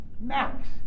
max